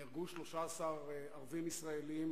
נהרגו 13 ערבים ישראלים,